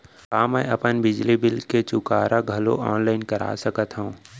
का मैं अपन बिजली बिल के चुकारा घलो ऑनलाइन करा सकथव?